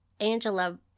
Angela